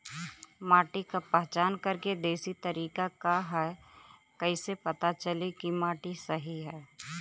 माटी क पहचान करके देशी तरीका का ह कईसे पता चली कि माटी सही ह?